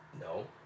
No